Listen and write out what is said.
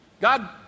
God